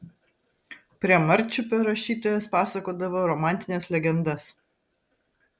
prie marčiupio rašytojas pasakodavo romantines legendas